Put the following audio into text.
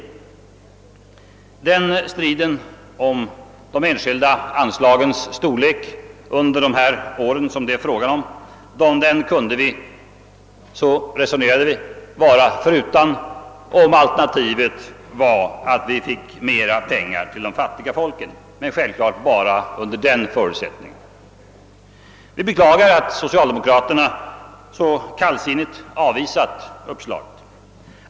Vi resonerade så att striden om de enskilda anslagens storlek under de år det här är fråga om kunde vi vara utan, och alternativet är att vi får mera pengar till de fattiga folken — men självfallet bara under den förutsättningen. Vi beklagar att socialdemokraterna så kallsinnigt har avvisat det förslaget.